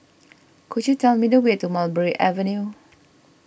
could you tell me the way to Mulberry Avenue